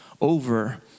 over